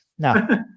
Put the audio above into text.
No